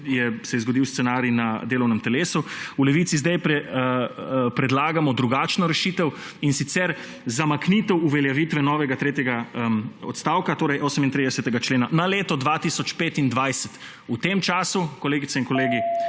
je zgodil scenarij na delovnem telesu, v Levici sedaj predlagamo drugačno rešitev, in sicer zamaknitev uveljavitve novega tretjega odstavka38. člena na leto 2025. V tem vmesnem času, kolegice in kolegi,